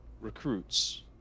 recruits